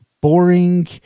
boring